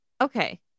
Okay